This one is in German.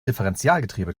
differentialgetriebe